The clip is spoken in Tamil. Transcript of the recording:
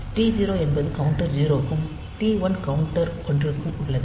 T0 என்பது கவுண்டர் 0 க்கும் T1 கவுண்டர் ஒன்றிற்கும் உள்ளது